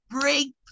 break